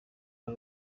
ari